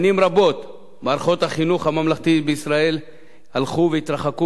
שנים רבות מערכות החינוך הממלכתי בישראל הלכו והתרחקו